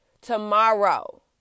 Tomorrow